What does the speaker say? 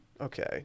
okay